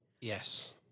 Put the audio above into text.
Yes